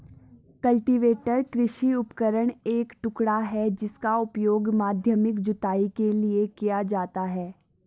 cultivator कृषि उपकरण का एक टुकड़ा है जिसका उपयोग माध्यमिक जुताई के लिए किया जाता है